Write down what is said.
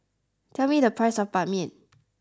tell me the price of Ban Mian